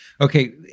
Okay